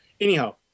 Anyhow